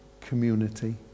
community